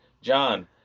John